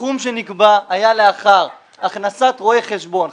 הסכום שנקבע היה לאחר הכנסת רואה חשבון.